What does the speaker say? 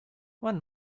one